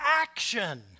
action